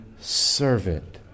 servant